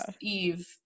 eve